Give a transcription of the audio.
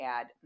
add